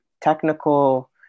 technical